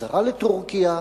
חזרה לטורקיה,